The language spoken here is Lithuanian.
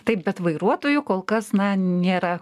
taip bet vairuotojų kol kas na nėra